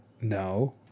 No